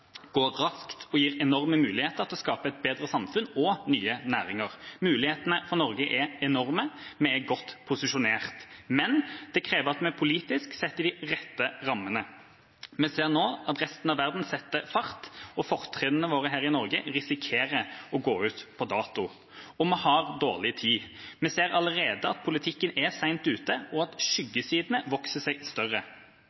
går raskt og gir enorme muligheter for å skape et bedre samfunn og nye næringer. Mulighetene for Norge er enorme. Vi er godt posisjonert. Men det krever at vi politisk setter de rette rammene. Vi ser nå at resten av verden setter fart, og fortrinnene våre her i Norge risikerer å gå ut på dato. Vi har dårlig tid. Vi ser allerede at politikken er sent ute, og at